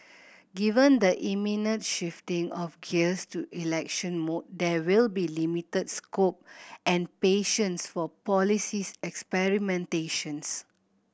given the imminent shifting of gears to election mode there will be limited scope and patience for policy's experimentations